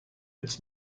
its